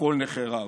הכול נחרב.